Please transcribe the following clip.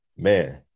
Man